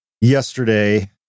yesterday